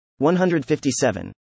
157